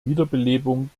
wiederbelebung